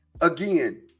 Again